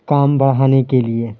کام بڑھانے کے لیے